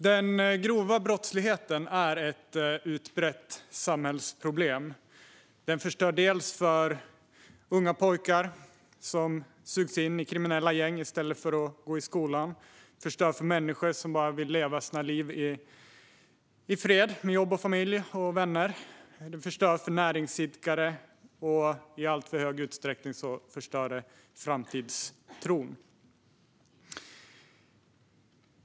Den grova brottsligheten är ett utbrett samhällsproblem. Den förstör dels för unga pojkar som sugs in i kriminella gäng i stället för att gå i skolan, dels för människor som bara vill leva sina liv i fred med jobb, familj och vänner. Den förstör också för näringsidkare och i alltför stor utsträckning framtidstron.